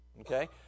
okay